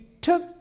took